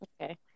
Okay